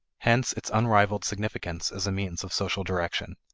hence its unrivaled significance as a means of social direction.